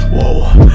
Whoa